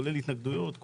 כולל התנגדויות,